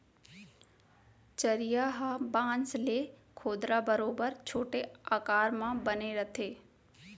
चरिहा ह बांस ले खोदरा बरोबर छोटे आकार म बने रथे